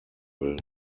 will